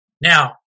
Now